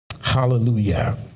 Hallelujah